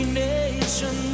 nation